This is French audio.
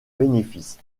bénéfice